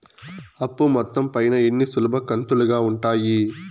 అప్పు మొత్తం పైన ఎన్ని సులభ కంతులుగా ఉంటాయి?